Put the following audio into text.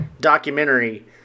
documentary